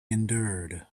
endured